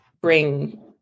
bring